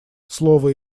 слово